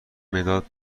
مداد